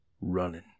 running